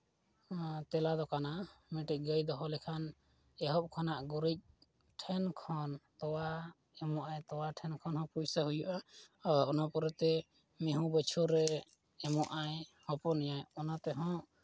ᱛᱮᱞᱟ ᱫᱚ ᱠᱟᱱᱟ ᱢᱤᱫᱴᱤᱡ ᱜᱟᱹᱭ ᱫᱚᱦᱚ ᱞᱮᱠᱷᱟᱱ ᱮᱦᱚᱵ ᱠᱷᱚᱱᱟᱜ ᱜᱩᱨᱤᱡ ᱴᱷᱮᱱ ᱠᱷᱚᱱ ᱛᱚᱣᱟ ᱮᱢᱚᱜᱼᱟᱭ ᱛᱚᱣᱟ ᱴᱷᱮᱱ ᱠᱷᱚᱱᱦᱚᱸ ᱯᱩᱭᱥᱟᱹ ᱦᱩᱭᱩᱜᱼᱟ ᱚᱱᱟ ᱯᱚᱨᱮᱛᱮ ᱢᱤᱭᱦᱩ ᱵᱟᱹᱪᱷᱩᱨᱮ ᱮᱢᱚᱜᱼᱟᱭ ᱦᱚᱯᱚᱱᱮᱭᱟᱭ ᱚᱱᱟ ᱛᱮᱦᱚᱸ